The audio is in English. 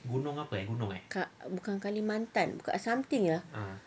kat bukan kalimantan bukan something ah